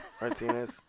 Martinez